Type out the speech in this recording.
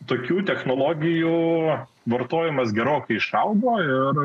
tokių technologijų o vartojimas gerokai išaugo ir